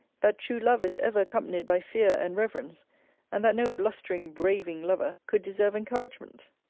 that true love is ever accompanied by fear and reverence and that no blustering, braving lover could deserve encouragement.